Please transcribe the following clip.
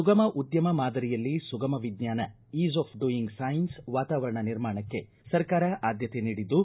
ಸುಗಮ ಉದ್ಯಮ ಮಾದರಿಯಲ್ಲಿ ಸುಗಮ ವಿಜ್ಞಾನ ಈಸ್ ಆಫ್ ಡುಯಿಂಗ್ ಸೈನ್ಸ್ ವಾತಾವರಣ ನಿರ್ಮಾಣಕ್ಕೆ ಸರ್ಕಾರ ಆದ್ಯತೆ ನೀಡಿದ್ದು